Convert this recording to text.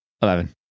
Eleven